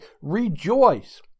rejoice